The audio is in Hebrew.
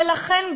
ולכן,